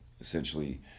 essentially